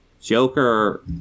Joker